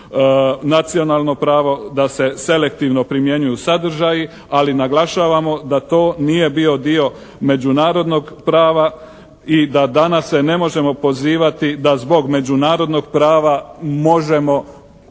nacionalno pravo da se selektivno primjenjuju sadržaji, ali naglašavamo da to nije bio dio međunarodnog prava i da danas se ne možemo pozivati da zbog međunarodnog prava možemo